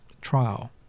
trial